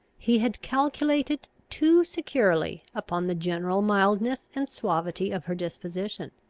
he had calculated too securely upon the general mildness and suavity of her disposition.